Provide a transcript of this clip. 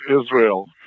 Israel